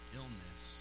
illness